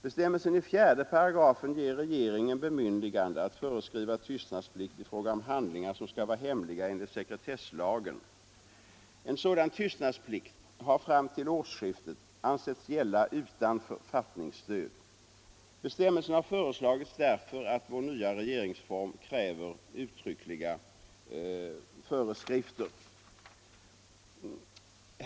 Bestämmelserna i 4 § ger regeringen bemyndigande att föreskriva tystnadsplikt i fråga om handlingar som skall vara hemliga enligt sekretesslagen. En sådan tystnadsplikt har fram till årsskiftet ansetts gälla utan författningsstöd. Bestämmelsen har föreslagits därför att vår nya regeringsform kräver uttryckliga föreskrifter.